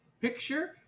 picture